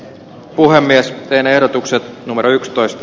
puhemies penehdotukset numero yksitoista